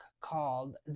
called